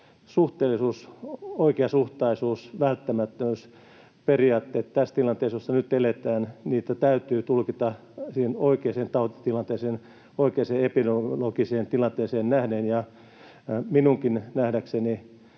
suhteellisuutta, oikeasuhtaisuutta, välttämättömyysperiaatteita tässä tilanteessa, jossa nyt eletään, täytyy tulkita oikeaan tautitilanteeseen, oikeaan epidemiologiseen tilanteeseen nähden. Minunkin nähdäkseni